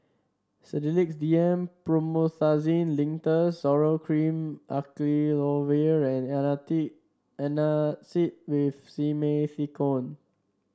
Sedilix D M Promethazine Linctus Zoral Cream Acyclovir and Antacid with Simethicone